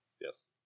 Yes